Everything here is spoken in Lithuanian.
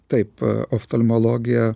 taip oftalmologija